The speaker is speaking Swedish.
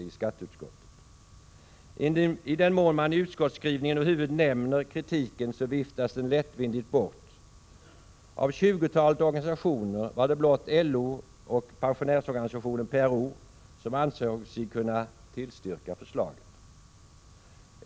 I den mån kritiken över huvud taget nämns i utskottsskrivningen, så viftas den lättvindigt bort. Av 20-talet organisationer var det blott LO och PRO som ansåg sig kunna tillstyrka förslaget.